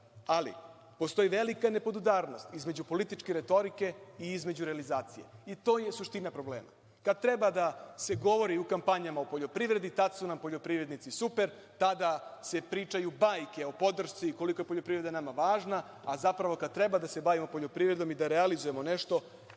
ali postoji velika nepodudarnost između političke retorike i između realizacije. To je suština problema. Kada treba da se govori u kampanji o poljoprivredi, tada su nam poljoprivrednici super, tada se pričaju bajke o podršci koliko je poljoprivreda nama važna, a zapravo kad treba da se bavimo poljoprivredom i da realizujemo nešto